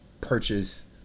purchase